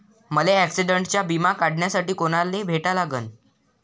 मले ॲक्सिडंटचा बिमा काढासाठी कुनाले भेटा लागन?